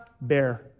bear